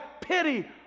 pity